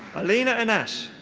alina enache.